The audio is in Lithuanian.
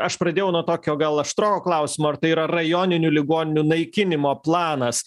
aš pradėjau nuo tokio gal aštroko klausimo ar tai yra rajoninių ligoninių naikinimo planas